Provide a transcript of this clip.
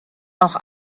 auch